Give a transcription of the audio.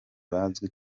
bazwi